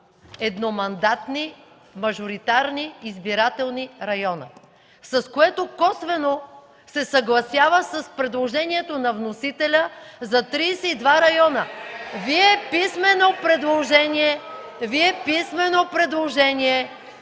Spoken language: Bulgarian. едномандатни мажоритарни избирателни района, с което косвено се съгласява с предложението на вносителя за 32 района. (Възгласи, шум и реплики